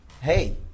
hey